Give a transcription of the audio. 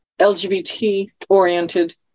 LGBT-oriented